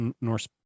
Norse